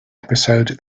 episode